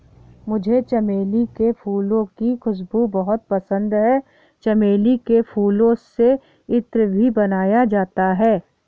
मुझे चमेली के फूलों की खुशबू बहुत पसंद है चमेली के फूलों से इत्र भी बनाया जाता है